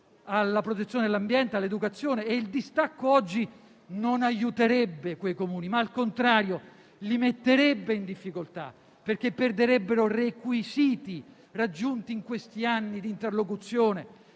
alla protezione dell'ambiente, all'educazione e il distacco oggi non aiuterebbe quei Comuni, ma al contrario li metterebbe in difficoltà perché perderebbero requisiti raggiunti in questi anni di interlocuzione